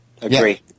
Agree